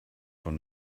von